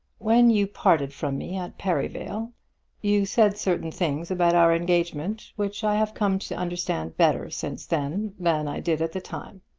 when you parted from me at perivale you said certain things about our engagement which i have come to understand better since then, than i did at the time.